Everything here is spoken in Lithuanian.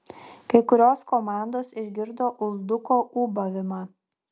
kai kurios komandos išgirdo ulduko ūbavimą